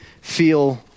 feel